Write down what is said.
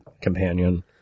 companion